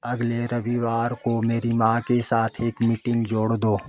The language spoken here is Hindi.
अगले रविवार को मेरी माँ के साथ एक मीटिंग जोड़ दो